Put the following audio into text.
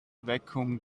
vacuum